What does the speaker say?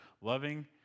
loving